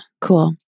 cool